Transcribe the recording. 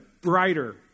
Brighter